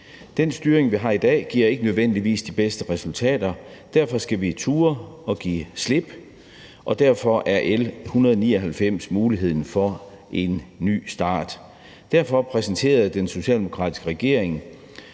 Den styring, vi har i dag, giver ikke nødvendigvis de bedste resultater. Derfor skal vi turde give slip, og derfor er L 199 muligheden for en ny start. Derfor præsenterede den socialdemokratiske regering